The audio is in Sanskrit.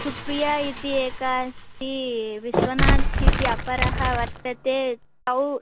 सुप्रिया इति एका अस्ति विश्वनाथ् इति अपरः वर्तते तौ